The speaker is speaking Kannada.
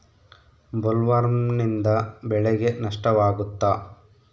ಬೊಲ್ವರ್ಮ್ನಿಂದ ಬೆಳೆಗೆ ನಷ್ಟವಾಗುತ್ತ?